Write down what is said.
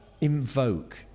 invoke